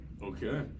Okay